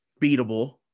beatable